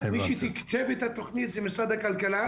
מי שתקצב את התוכנית זה משרד הכלכלה.